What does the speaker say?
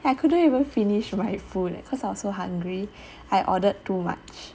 I couldn't even finish my food leh cause I was so hungry I ordered too much